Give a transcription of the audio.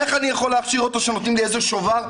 איך אני יכול להכשיר אותו כשנותנים לי איזה שובר,